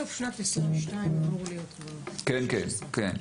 בסוף שנת 2022 אמור להיות --- כן, כן.